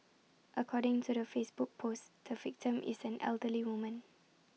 according to the Facebook post the victim is an elderly woman